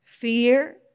fear